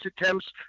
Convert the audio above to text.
attempts